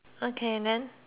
okay then